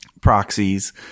proxies